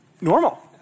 normal